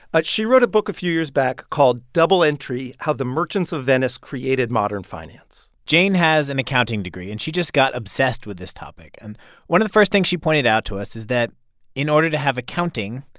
but she wrote a book a few years back called double entry how the merchants of venice created modern finance. jane has an accounting degree. and she just got obsessed with this topic. and one of the first things she pointed out to us is that in order to have accounting,